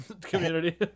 community